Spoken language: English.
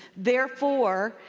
therefore,